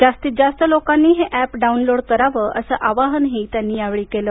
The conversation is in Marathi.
जास्तीत जास्त लोकांनी हे अॅप डाउनलोड करावं असं आवाहनही त्यांनी केलं